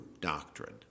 doctrine